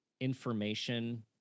information